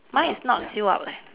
mine is not sealed up leh